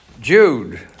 Jude